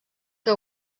que